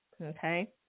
okay